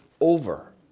over